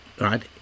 right